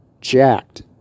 jacked